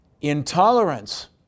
intolerance